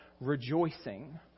rejoicing